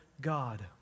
God